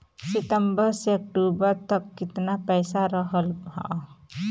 सितंबर से अक्टूबर तक कितना पैसा रहल ह?